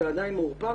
זה עדיין מעורפל.